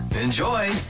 Enjoy